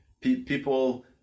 people